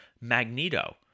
Magneto